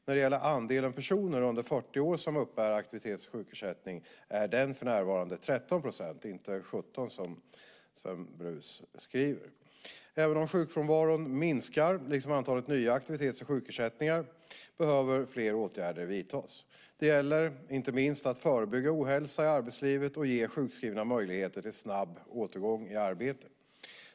När det gäller andelen personer under 40 år som uppbär aktivitets och sjukersättning är den för närvarande 13 %- inte 17 %, som Sven Brus skriver. Även om sjukfrånvaron minskar, liksom antalet nya aktivitets och sjukersättningar, behöver fler åtgärder vidtas. Det gäller inte minst att förebygga ohälsa i arbetslivet och ge sjukskrivna möjlighet till snabb återgång i arbete.